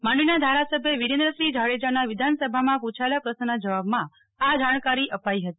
માંડવીના ધારાસભ્ય વીરેન્દ્રસિંહ જાડેજાના વિધાનસભામાં પુછાયેલા પ્રશ્નના જવાબમાં આ જાણકારી અપાઈ હતી